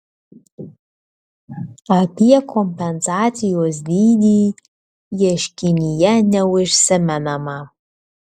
apie kompensacijos dydį ieškinyje neužsimenama